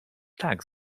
tak